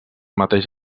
mateix